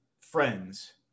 friends